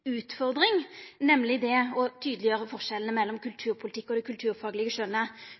utfordring, nemleg det å tydeleggjera forskjellane mellom kulturpolitikk og det kulturfaglege